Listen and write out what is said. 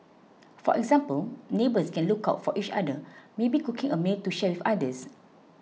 for example neighbours can look out for each other maybe cooking a meal to share with others